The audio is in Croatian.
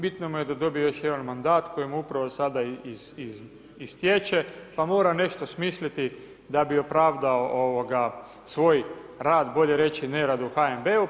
Bitno mu je da dobije još jedan mandat koji mu upravo sada istječe, pa mora nešto smisliti da bi opravdao svoj rad, bolje reći nerad u HNB-u.